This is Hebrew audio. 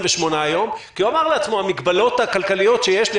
יום כי הוא אמר לעצמו: המגבלות הכלכליות שיש לי,